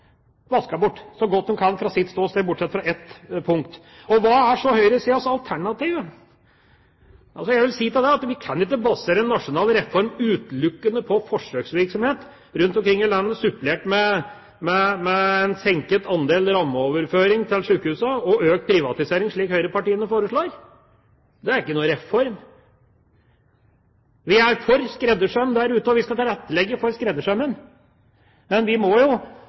så godt de kan fra sitt ståsted, bortsett fra på ett punkt. Hva er så høyresidas alternativ? Jeg vil si til det at vi kan ikke basere en nasjonal reform utelukkende på forsøksvirksomhet rundt omkring i landet, supplert med en senket andel rammeoverføring til sjukehusene og økt privatisering, slik høyrepartiene foreslår. Det er ikke noen reform. Vi er for skreddersøm der ute, og vi skal tilrettelegge for skreddersømmen, men vi må jo